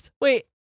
Wait